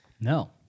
no